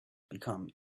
become